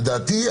לדעתי,